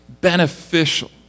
beneficial